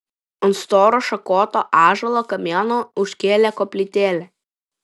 ant storo šakoto ąžuolo kamieno užkėlė koplytėlę